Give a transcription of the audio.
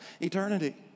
eternity